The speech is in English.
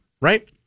right